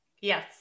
Yes